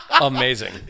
Amazing